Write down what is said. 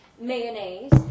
mayonnaise